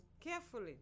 carefully